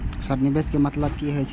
Sir निवेश के मतलब की हे छे?